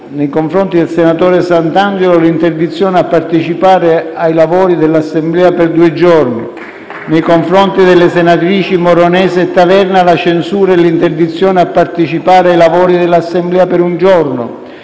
nei confronti del senatore Santangelo l'interdizione a partecipare ai lavori dell'Assemblea per due giorni *(Applausi ironici dal Gruppo M5S)*; nei confronti delle senatrici Moronese e Taverna la censura e l'interdizione a partecipare ai lavori dell'Assemblea per un giorno;